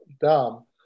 dumb